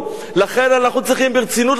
לכן אנחנו צריכים ברצינות לטפל בבעיה,